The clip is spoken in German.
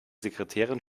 sekretärin